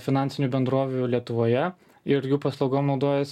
finansinių bendrovių lietuvoje ir jų paslaugom naudojas